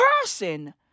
person